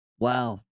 wow